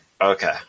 Okay